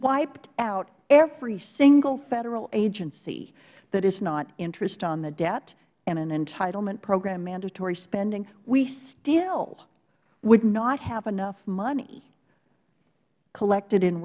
wiped out every single federal agency that is not interest on the debt and an entitlement program mandatory spending we still would not have enough money collected in